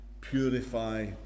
Purify